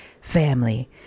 family